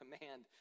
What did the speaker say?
command